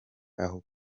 aho